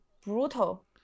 brutal